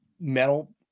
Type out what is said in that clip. metal